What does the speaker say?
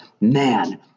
Man